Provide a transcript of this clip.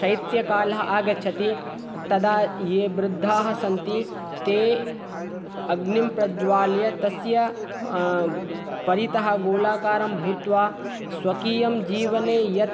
शैत्यकालः आगच्छति तदा ये वृद्धाः सन्ति ते अग्निं प्रज्वाल्य तस्य परितः गोलाकारं भूत्वा स्वकीयं जीवने यत्